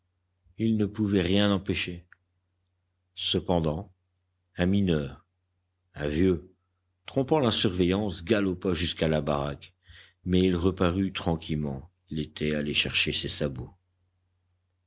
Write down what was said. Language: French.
il ne pouvait rien empêcher cependant un mineur un vieux trompant la surveillance galopa jusqu'à la baraque mais il reparut tranquillement il était allé chercher ses sabots